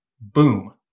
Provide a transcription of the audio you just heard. Boom